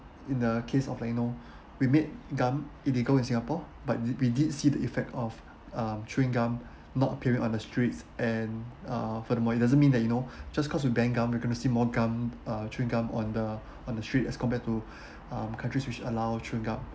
in the case of you know we made gum illegal in singapore but we did see the effect of um chewing gum not appearing on the streets and uh furthermore it doesn't mean that you know just cause we banned gum we're gonna see more gum uh chewing gum on the on the street as compared to um countries which allow chewing gum